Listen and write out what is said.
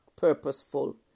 purposeful